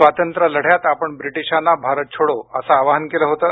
स्वातंत्र्य लढ्यात आपण ब्रिटीशांना भारत छोडो असं आवाहन केलं होतं